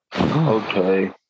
Okay